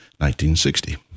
1960